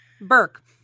Burke